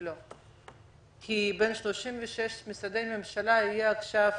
לא, כי בין 36 משרדי הממשלה יהיו עכשיו